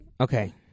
Okay